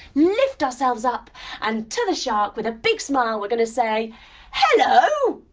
lift ourselves up and to the shark, with a big smile we're going to say hello!